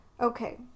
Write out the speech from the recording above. Okay